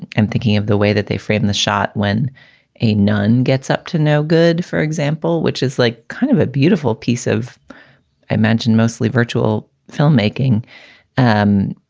and i'm thinking of the way that they frame the shot when a nun gets up to no good, for example, which is like kind of a beautiful piece of i mentioned mostly virtual filmmaking um